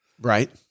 Right